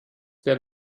der